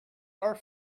are